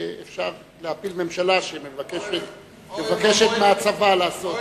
ואפשר להפיל ממשלה שמבקשת מהצבא לעשות,